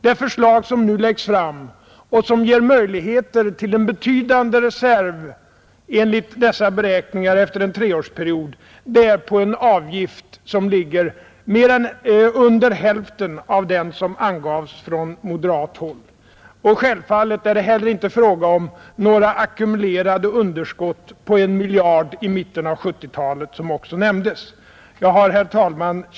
Det förslag, som nu läggs fram och som enligt dessa beräkningar ger möjligheter till en betydande reserv efter en treårsperiod, bygger på en avgift som är mindre än hälften av den som angavs från moderat håll. Självfallet är det inte heller, som det också 41 nämndes, fråga om några ackumulerade underskott på en miljard i mitten av 1970-talet. Herr talman!